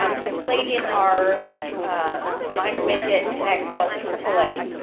um who played in our minor midget niagara falls aaa.